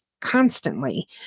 constantly